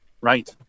right